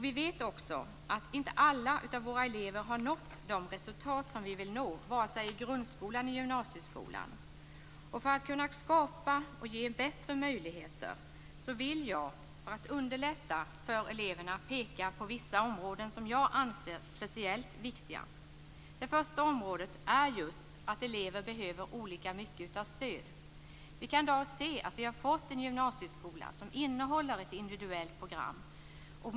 Vi vet också att inte alla våra elever når de resultat vi vill att de skall, vare sig i grundskolan eller i gymnasieskolan. För att kunna skapa och ge bättre möjligheter att underlätta för eleverna vill jag peka på vissa områden som jag anser speciellt viktiga. Det första området är just att elever behöver olika mycket stöd. Vi har nu fått en gymnasieskola som innehåller ett individuellt program.